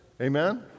Amen